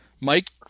Mike